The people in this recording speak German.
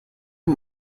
man